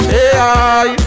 Hey